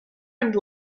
and